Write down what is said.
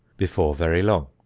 before very long.